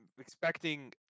expecting